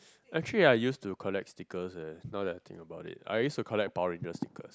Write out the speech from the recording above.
actually I used to collect stickers eh now that I think about it I used to collect Power Ranger Sticker